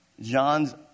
John's